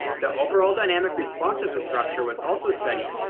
the overall dynamic response of the structure was also studied,